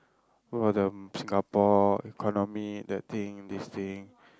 what about the Singapore economy that thing this thing